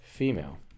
Female